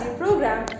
program